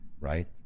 right